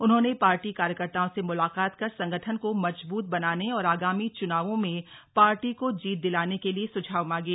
उन्होंने पार्टी कार्यकर्ताओं से मुलाकात कर संगठन को मजबूत बनाने और आगामी च्नावों में पार्टी को जीत दिलाने के लिए सुझाव मांगे